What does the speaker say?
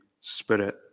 spirit